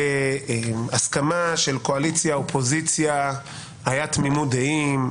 בהסכמה של קואליציה ואופוזיציה; הייתה תמימות דעים.